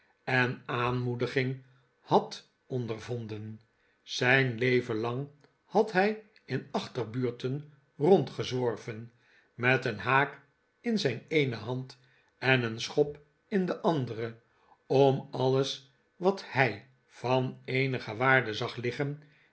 en aanmoediging had ondervonden zijn leven lang had hij in achterbuurten rondgezworven met een haak in zijn eene hand en een schop in de andere om alles wat hij van eenige waarde zag liggen